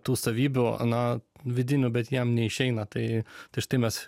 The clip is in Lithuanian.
tų savybių na vidinių bet jam neišeina tai tai štai mes